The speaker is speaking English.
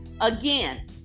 again